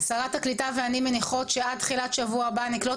שרת הקליטה ואני מניחות שעד תחילת שבוע הבא נקלוט